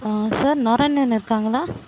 sir Narayanan இருக்காங்களா